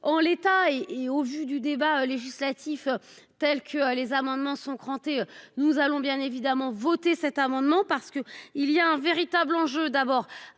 en l'état et, et au vu du débat législatif. Tels que les amendements sont cranté. Nous allons bien évidemment voter cet amendement parce qu'il y a un véritable enjeu d'abord